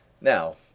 now